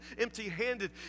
empty-handed